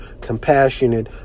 compassionate